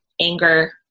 anger